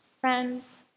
Friends